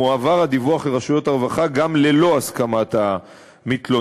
מועבר הדיווח לרשויות הרווחה גם ללא הסכמת המתלוננת.